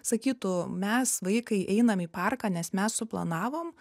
sakytų mes vaikai einam į parką nes mes suplanavom